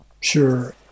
Sure